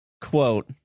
Quote